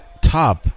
top